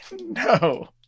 No